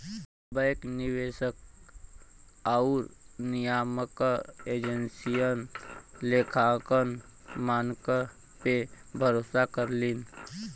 bank निवेशक आउर नियामक एजेंसियन लेखांकन मानक पे भरोसा करलीन